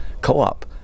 Co-op